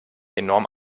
enorm